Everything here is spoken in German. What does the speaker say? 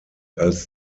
als